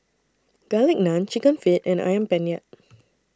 Garlic Naan Chicken Feet and Ayam Penyet